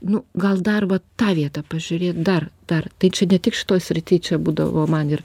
nu gal dar va tą vietą pažiūrėt dar dar tai čia ne tik šitoj srity čia būdavo man ir